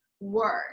work